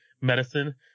medicine